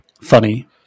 funny